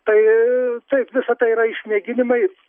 tai taip visa tai yra išmėginimai